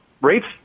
Rates